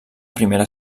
primera